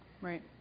Right